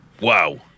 Wow